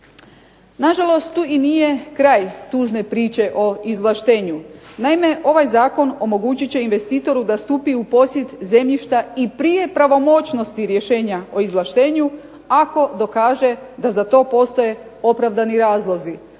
Nažalost, tu i nije kraj tužne priče o izvlaštenju. Naime, ovaj zakon omogućit će investitoru da stupi u posjed zemljišta i prije pravomoćnosti rješenja o izvlaštenju ako dokaže da za to postoje opravdani razlozi,